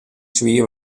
swier